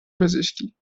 پزشکی